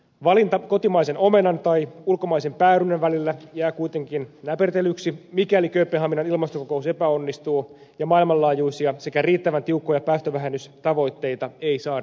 valinta kotimaisen omenan tai ulkomaisen päärynän välillä jää kuitenkin näpertelyksi mikäli kööpenhaminan ilmastokokous epäonnistuu eikä maailmanlaajuisia sekä riittävän tiukkoja päästövähennystavoitteita saada sovittua